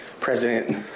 president